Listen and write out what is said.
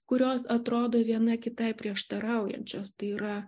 kurios atrodo viena kitai prieštaraujančios tai yra